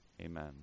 Amen